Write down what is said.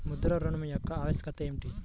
ముద్ర ఋణం యొక్క ఆవశ్యకత ఏమిటీ?